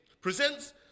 presents